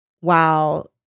wow